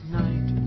night